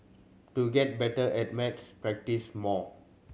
to get better at maths practise more